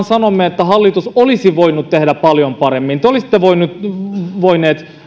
sanomme että hallitus olisi voinut tehdä paljon paremmin te olisitte voineet